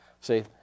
See